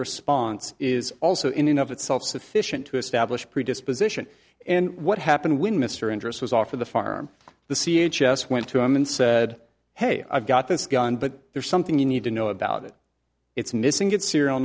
response is also in and of itself sufficient to establish predisposition and what happened when mr interest was off of the farm the c h s went to him and said hey i've got this gun but there's something you need to know about it it's missing it serial